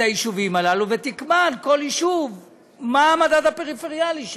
היישובים הללו ותקבע לכל יישוב מה המדד הפריפריאלי שלו.